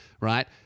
right